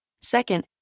Second